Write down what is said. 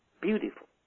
beautiful